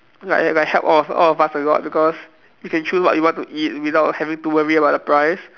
like like help all all of us a lot because you can choose what you want to eat without having to worrying about the price